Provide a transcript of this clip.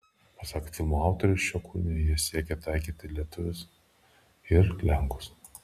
pasak filmo autorių šiuo kūriniu jie siekė taikyti lietuvius ir lenkus